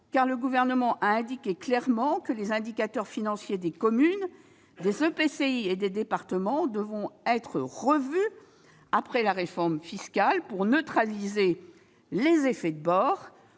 car le Gouvernement a clairement annoncé que les indicateurs financiers des communes, des EPCI et des départements devraient être revus après la réforme fiscale, pour neutraliser les effets de bord